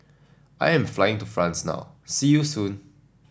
I am flying to France now see you soon